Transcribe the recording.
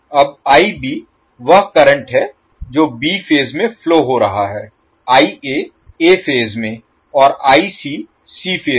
अब वह करंट है जो b फेज में फ्लो हो रहा है a फेज में और c फेज में